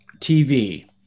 tv